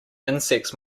insects